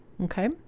Okay